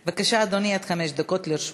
בבקשה, אדוני, עד חמש דקות לרשותך.